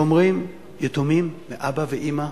שאומרים: יתומים מאבא ואמא,